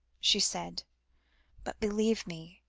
she said but believe me,